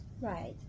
Right